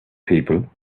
people